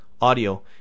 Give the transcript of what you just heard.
audio